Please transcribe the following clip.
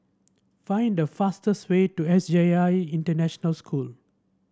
find the fastest way to S J I International School